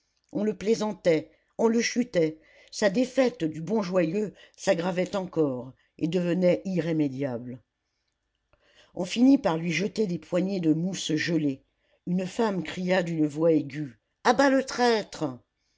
on le plaisantait on le chutait sa défaite du bon joyeux s'aggravait encore et devenait irrémédiable on finit par lui jeter des poignées de mousse gelée une femme cria d'une voix aiguë a bas le traître